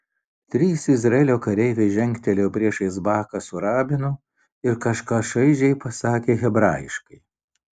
trys izraelio kareiviai žengtelėjo priešais baką su rabinu ir kažką šaižiai pasakė hebrajiškai